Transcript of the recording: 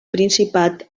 principat